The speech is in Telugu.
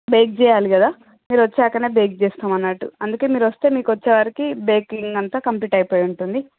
బేక్ చేయాలి కదా మీరొచ్చాకనే బేక్ చేస్తం అన్నట్టు అందుకే మీరొస్తే మీకొచ్చేవరకి బేకింగ్ అంత కంప్లీట్ అయిపోయుంటుంది